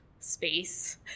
space